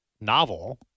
novel